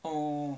oh